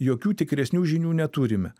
jokių tikresnių žinių neturime